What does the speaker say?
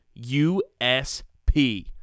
USP